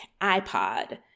iPod